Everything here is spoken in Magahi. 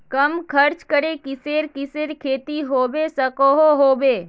कम खर्च करे किसेर किसेर खेती होबे सकोहो होबे?